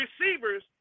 receivers